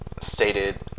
stated